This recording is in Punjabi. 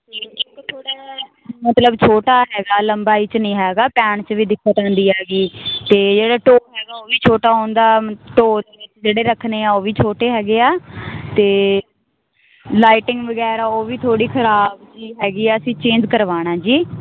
ਇੱਕ ਥੋੜ੍ਹਾ ਜਿਹਾ ਮਤਲਬ ਛੋਟਾ ਹੈਗਾ ਲੰਬਾਈ 'ਚ ਨਹੀਂ ਹੈਗਾ ਪੈਣ 'ਚ ਵੀ ਦਿੱਕਤ ਆਉਂਦੀ ਹੈਗੀ ਅਤੇ ਜਿਹੜਾ ਢੋਅ ਹੈਗਾ ਉਹ ਵੀ ਛੋਟਾ ਹੁੰਦਾ ਢੋਅ ਦੇ ਵਿੱਚ ਜਿਹੜੇ ਰੱਖਣੇ ਉਹ ਵੀ ਛੋਟੇ ਹੈਗੇ ਆ ਅਤੇ ਲਾਈਟਿੰਗ ਵਗੈਰਾ ਉਹ ਵੀ ਥੋੜ੍ਹੀ ਖ਼ਰਾਬ ਜਿਹੀ ਹੈਗੀ ਹੈ ਅਸੀਂ ਚੇਂਜ ਕਰਵਾਉਣਾ ਜੀ